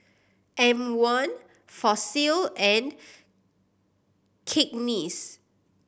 M One Fossil and Cakenis